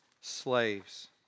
slaves